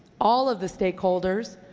all of the stakeholders,